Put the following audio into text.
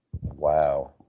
Wow